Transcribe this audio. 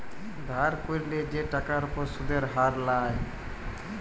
ধার ক্যইরলে যে টাকার উপর সুদের হার লায়